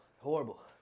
Horrible